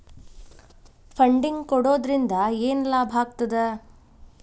Funding ಕೊಡೊದ್ರಿಂದಾ ಏನ್ ಲಾಭಾಗ್ತದ?